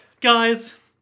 Guys